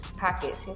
pockets